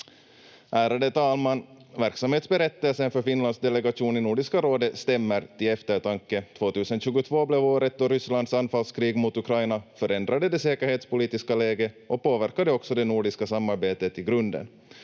Ärade talman! Verksamhetsberättelsen för Finlands delegation i Nordiska rådet stämmer till eftertanke. 2022 blev året då Rysslands anfallskrig mot Ukraina förändrade det säkerhetspolitiska läget och påverkade också det nordiska samarbetet i grunden.